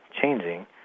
changing